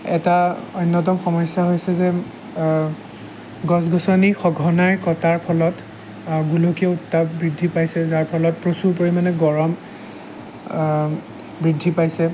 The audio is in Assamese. এটা অন্যতম সমস্যা হৈছে যে গছ গছনি সঘনাই কটাৰ ফলত গোলকীয় উত্তাপ বৃদ্ধি পাইছে যাৰ ফলত প্ৰচুৰ পৰিমাণে গৰম বৃদ্ধি পাইছে